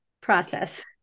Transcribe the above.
process